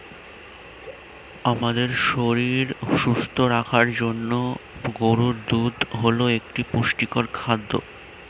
আমাদের শরীর সুস্থ রাখার জন্য গরুর দুধ হল একটি পুষ্টিকর খাদ্য